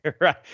Right